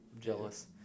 jealous